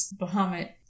Bahamut